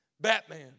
Batman